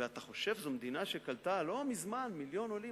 ואתה חושב, זו מדינה שקלטה לא מזמן מיליון עולים.